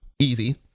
Easy